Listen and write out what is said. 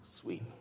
sweet